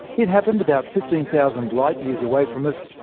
it happened about fifteen thousand light years away from us,